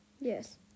Yes